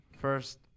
First